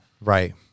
Right